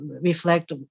reflect